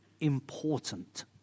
important